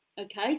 okay